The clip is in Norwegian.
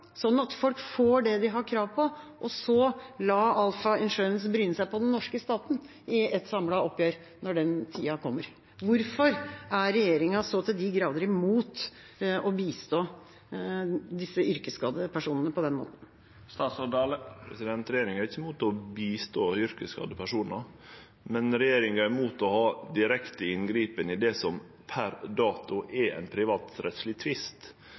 at folk får det de har krav på, og så lar Alpha Insurance bryne seg på den norske staten i et samlet oppgjør, når den tida kommer. Hvorfor er regjeringa så til de grader imot å bistå disse yrkesskadde personene på den måten? Regjeringa er ikkje imot å hjelpe yrkesskadde personar, men regjeringa er imot å gripe direkte inn i det som per dato er ein privatrettsleg tvist.